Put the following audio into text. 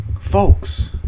folks